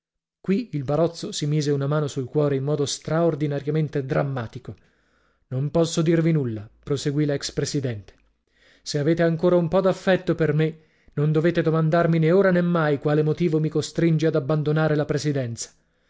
qui il barozzo si mise una mano sul cuore in modo straordinariamente drammatico non posso dirvi nulla prosegui l'ex presidente se avete ancora un po d'affetto per me non dovete domandarmi né ora né mai quale motivo mi costringe ad abbandonare la presidenza